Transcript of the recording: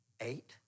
Eight